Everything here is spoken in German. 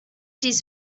dies